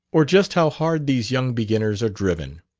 or just how hard these young beginners are driven.